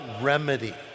remedy